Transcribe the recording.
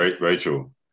Rachel